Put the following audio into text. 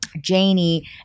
Janie